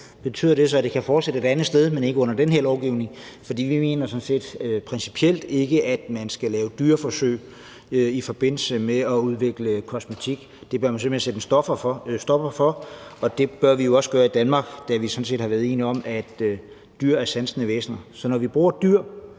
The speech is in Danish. Betyder det så, at det kan fortsætte et andet sted, men ikke under den her lovgivning? Vi mener principielt ikke, at man skal lave dyreforsøg i forbindelse med at udvikle kosmetik, og det bør man simpelt hen sætte en stopper for, og det bør vi også gøre i Danmark, da vi sådan set har været enige om, at dyr er sansende væsener. Så når vi bruger dyr